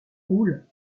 krull